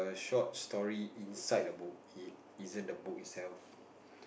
short story inside the book it isn't a book itself